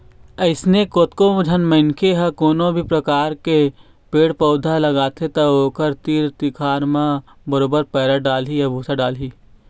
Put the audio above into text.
अइसने कतको झन मनखे मन ह कोनो भी परकार के पेड़ पउधा लगाथे त ओखर तीर तिखार म बरोबर पैरा डालही या भूसा डालही